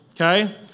okay